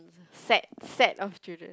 it's a set set of children